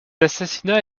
assassinat